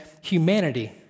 humanity